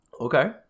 Okay